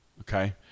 Okay